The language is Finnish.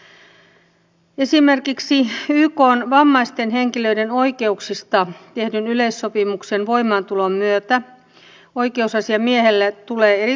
esimerkiksi ykn vammaisten henkilöiden oikeuksista tehdyn yleissopimuksen voimaantulon myötä oikeusasiamiehelle tulee erityistehtäviä